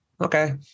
okay